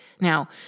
Now